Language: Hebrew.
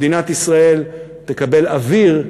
מדינת ישראל תקבל אוויר,